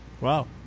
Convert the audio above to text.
wow